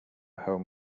home